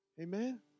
Amen